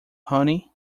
honey